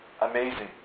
Amazing